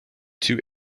two